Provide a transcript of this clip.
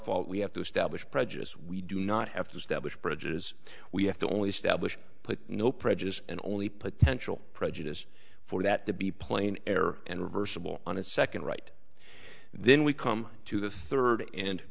fault we have to establish prejudice we do not have to step which bridges we have to only establish put no prejudice and only potential prejudice for that to be plain error and reversible on a second right then we come to the third and